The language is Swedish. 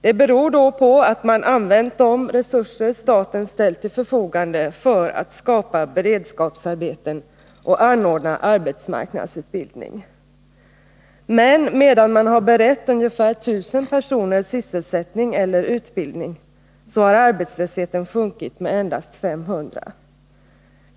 Det beror på att man använt de resurser staten ställt till förfogande för att skapa beredskapsarbeten och anordna arbetsmarknadsutbildning. Men medan man har berett ungefär 1000 personer sysselsättning eller utbildning har arbetslösheten sjunkit med endast 500.